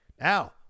Now